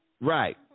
Right